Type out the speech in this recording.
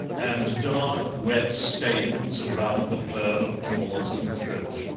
and dark wet stains around the fur of jaws and throat.